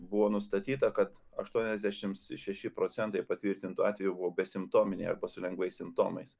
buvo nustatyta kad aštuoniasdešims šeši procentai patvirtintų atvejų buvo besimptominiai arba su lengvais simptomais